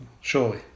surely